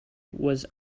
was